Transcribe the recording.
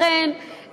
לכן,